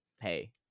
hey